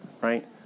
right